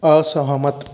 असहमत